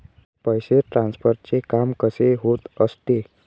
पैसे ट्रान्सफरचे काम कसे होत असते?